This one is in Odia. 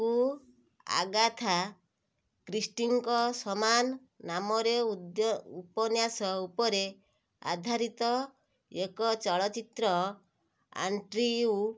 ତାଙ୍କୁ ଆଗାଥା କ୍ରିଷ୍ଟିଙ୍କ ସମାନ ନାମର ଉଦ୍ୟ ଉପନ୍ୟାସ ଉପରେ ଆଧାରିତ ଏକ ଚଳଚ୍ଚିତ୍ର ଆଣ୍ଡ୍ରିୟୁ